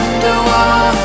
Underwater